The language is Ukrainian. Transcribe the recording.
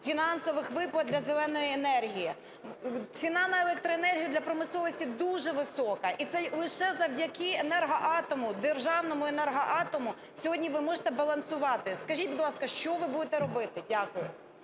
фінансових виплат для "зеленої" енергії? Ціна на електроенергію для промисловості дуже висока, і це лише завдяки "Енергоатому", державному "Енергоатому" сьогодні ви можете балансувати. Скажіть, будь ласка, що ви будете робити? Дякую.